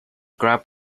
grab